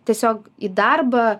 tiesiog į darbą